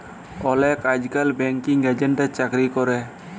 অলেকে আইজকাল ব্যাঙ্কিং এজেল্টের চাকরি ক্যরে